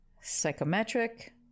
Psychometric